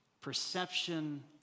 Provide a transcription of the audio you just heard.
perception